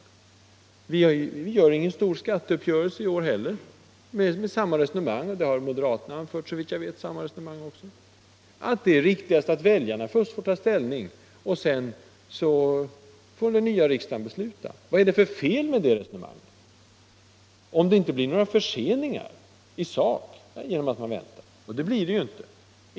Det blir t.ex. ingen stor skatteuppgörelse i år, mot bak grund av samma resonemang. Och där har moderaterna, såvitt jag vet, varit med på samma tankegång. Det är riktigast att väljarna får ta ställning, och sedan får den nya riksdagen besluta. Vad är det för fel med .det resonemanget, om det inte blir några förseningar i sak genom att man väntar? Och det blir det ju inte.